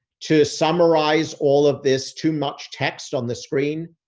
to summarize all of this too much text on the screen,